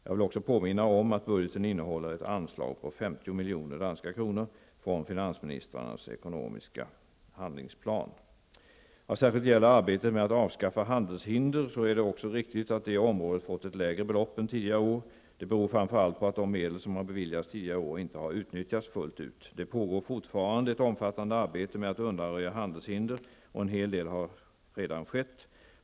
Jag vill också påminna om att budgeten innehåller ett anslag på 50 miljoner danska kronor från finansministrarnas ekonomiska handlingsplan. Vad särskilt gäller arbetet med att avskaffa handelshinder är det också riktigt att det området fått ett lägre belopp än tidigare år. Det beror framför allt på att de medel som har beviljats tidigare år inte har utnyttjats fullt ut. Det pågår fortfarande ett omfattande arbete med att undanröja handelshinder, och en hel del har redan skett.